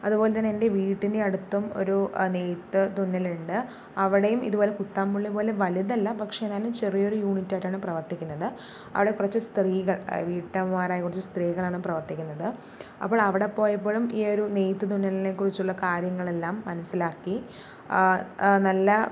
അതുപോലെത്തന്നെ എൻ്റെ വീട്ടിൻ്റെ അടുത്തും ഒരു നെയ്ത്ത് തുന്നലുണ്ട് അവിടെയും ഇതുപോലെ കുത്താംപുള്ളി പോലെ വലുതല്ല പക്ഷേ നല്ല ചെറിയൊരു യൂണിറ്റായിട്ടാണ് പ്രവർത്തിക്കുന്നത് അവിടെ കുറച്ച് സ്ത്രീകൾ വിട്ടമ്മമാരായ കുറച്ച് സ്ത്രീകളാണ് പ്രവർത്തിക്കുന്നത് അപ്പോൾ അവിടെ പോയപ്പോഴും ഈ ഒരു നെയ്ത്ത് തുന്നലിനെ കുറിച്ചുള്ള കാര്യങ്ങളെല്ലാം മനസ്സിലാക്കി നല്ല